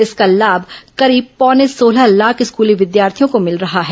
इसका लाभ करीब पौने सोलह लाख स्कूली विद्यार्थियों को भिल रहा है